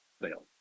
fail